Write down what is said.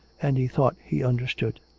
and he thought he understood.